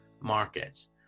markets